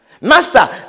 Master